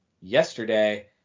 yesterday